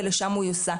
ולשם הוא יוסע.